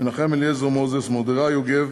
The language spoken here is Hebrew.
מנחם אליעזר מוזס, מרדכי יוגב,